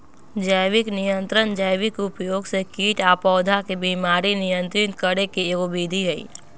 जैविक नियंत्रण जैविक उपयोग से कीट आ पौधा के बीमारी नियंत्रित करे के एगो विधि हई